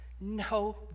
No